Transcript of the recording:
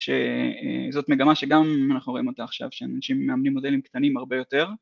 שזאת מגמה שגם אנחנו רואים אותה עכשיו, שאנשים מאמנים מודלים קטנים הרבה יותר.